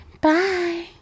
Bye